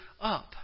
up